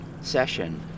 session